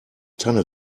tanne